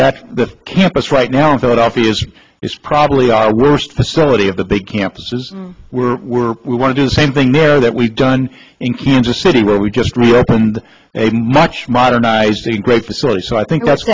that's the campus right now in philadelphia is probably the worst facility of the big campuses were were we want to do the same thing there that we've done in kansas city where we just reopened a much modernized the great society so i think that's